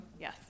Yes